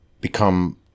become